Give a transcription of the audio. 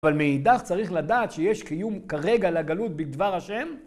אבל מאידך צריך לדעת שיש קיום כרגע לגלות בדבר השם.